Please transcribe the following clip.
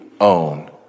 own